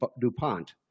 DuPont